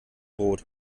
brot